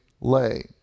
lay